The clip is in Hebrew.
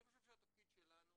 אני חושב שהתפקיד שלנו